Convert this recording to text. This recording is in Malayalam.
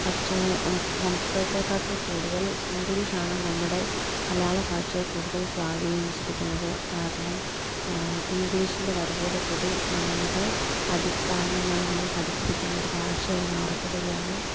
പക്ഷെ സംസ്കൃതത്തേക്കാട്ടിൽ കൂടുതൽ ഇംഗ്ലീഷാണ് നമ്മുടെ മലയാളഭാഷയെ കൂടുതൽ സ്വാധീനിച്ചിരിക്കുന്നത് കാരണം ഇംഗ്ലീഷിൻ്റെ വരവോടുകൂടി നമ്മളുടെ അടിസ്ഥാനമായി നമ്മൾ പഠിച്ചിരിക്കുന്നൊരു ഭാഷയായി മാറപ്പെടുകയാണ്